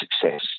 success